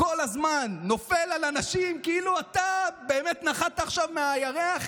כל הזמן נופל על אנשים כאילו אתה באמת נחת עכשיו מהירח.